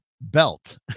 belt